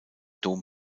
dom